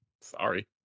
Sorry